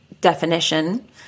definition